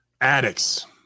addicts